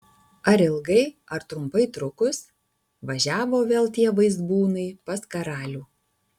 ar ilgai ar trumpai trukus važiavo vėl tie vaizbūnai pas karalių